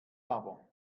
aber